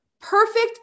perfect